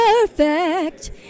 perfect